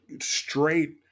straight